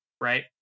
right